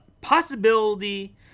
possibility